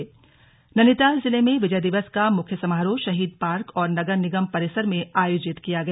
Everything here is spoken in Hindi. स्लग विजय दिवस नैनीताल नैनीताल जिले में विजय दिवस का मुख्य समारोह शहीद पार्क और नगर निगम परिसर में आयोजित किया गया